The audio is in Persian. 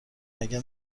مگه